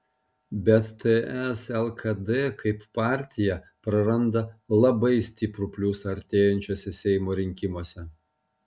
bet ts lkd kaip partija praranda labai stiprų pliusą artėjančiuose seimo rinkimuose